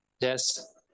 yes